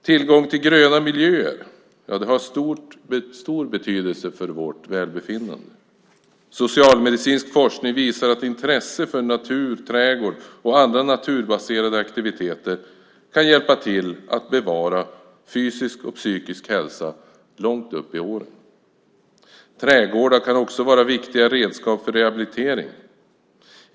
Tillgång till gröna miljöer har stor betydelse för vårt välbefinnande. Socialmedicinsk forskning visar att intresse för natur, trädgård och andra naturbaserade aktiviteter kan hjälpa till att bevara fysisk och psykisk hälsa långt upp i åren. Trädgårdar kan också vara viktiga redskap för rehabilitering.